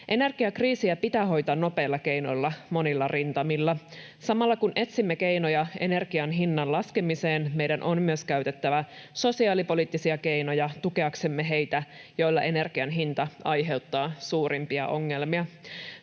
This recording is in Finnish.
Energiakriisiä pitää hoitaa nopeilla keinoilla, monilla rintamilla. Samalla kun etsimme keinoja energian hinnan laskemiseen, meidän on myös käytettävä sosiaalipoliittisia keinoja tukeaksemme heitä, joille energian hinta aiheuttaa suurimpia ongelmia.